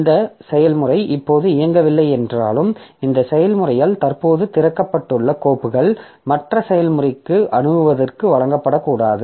இந்த செயல்முறை இப்போது இயங்கவில்லை என்றாலும் இந்த செயல்முறையால் தற்போது திறக்கப்பட்டுள்ள கோப்புகள் மற்ற செயல்முறைகளுக்கு அணுகுவதற்கு வழங்கப்படக்கூடாது